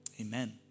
amen